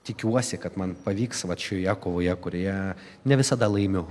tikiuosi kad man pavyks vat šioje kovoje kurioje ne visada laimiu